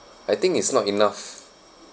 I think is not enough